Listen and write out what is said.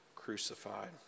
crucified